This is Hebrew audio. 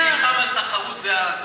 כי מי שנלחם על תחרות זאת הקואליציה.